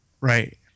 Right